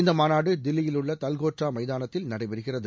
இந்த மாநாடு தில்லியிலுள்ள தல்கோட்ரா மைதானத்தில் நடைபெறுகிறது